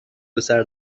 پسر